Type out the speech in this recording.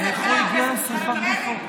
איך הוא הגיע לשרפת גופות?